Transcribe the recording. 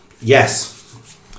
yes